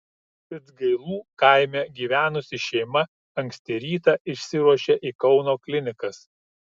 vidzgailų kaime gyvenusi šeima anksti rytą išsiruošė į kauno klinikas